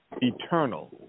eternal